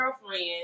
girlfriend